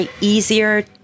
easier